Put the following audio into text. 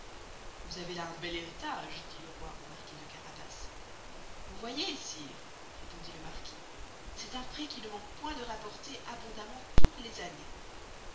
vous avez là un bel heritage dit le roy au marquis de carabas vous voyez sire répondit le marquis c'est un pré qui ne manque point de rapporter abondament toutes les années